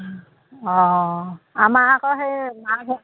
অঁ আমাৰ আকৌ সেই মাৰ ঘৰত